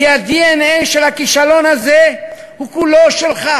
כי הדנ"א של הכישלון הזה הוא כולו שלך,